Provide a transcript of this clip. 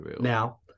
Now